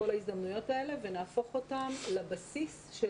את כל ההזדמנויות האלה ונהפוך אותן לבסיס של